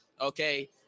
okay